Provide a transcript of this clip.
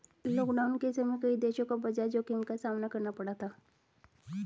lockdown के समय कई देशों को बाजार जोखिम का सामना करना पड़ा था